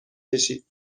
کشید